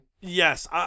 Yes